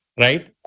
right